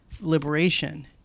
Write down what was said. liberation